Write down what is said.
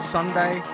Sunday